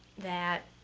that